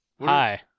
Hi